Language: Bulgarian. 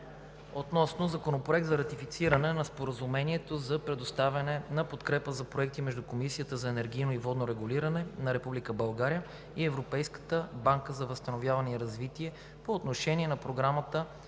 относно Законопроект за ратифициране на Споразумение за предоставяне на подкрепа за проекти между Комисията за енергийно и водно регулиране на Република България и Европейската банка за възстановяване и развитие по отношение на Програмата